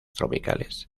tropicales